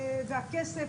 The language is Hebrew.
והכסף,